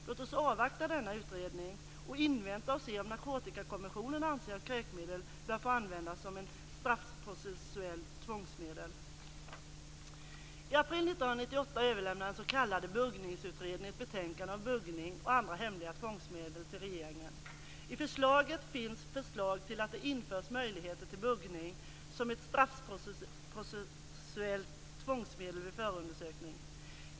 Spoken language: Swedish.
Låt oss avvakta denna utredning och invänta och se om Narkotikakommissionen anser att kräkmedel bör få användas som ett straffprocessuellt tvångsmedel. I april 1998 överlämnade den s.k. Buggningsutredningen ett betänkande om buggning och andra hemliga tvångsmedel till regeringen. Utredningen föreslår att det införs möjligheter till buggning som ett straffprocessuellt tvångsmedel vid förundersökning.